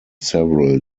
several